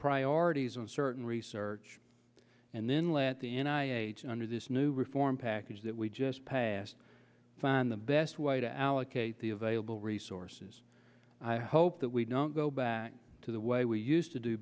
priorities on certain research and then let the under this new reform package that we just passed find the best way to allocate the available resources i hope that we don't go back to the way we